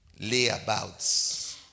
layabouts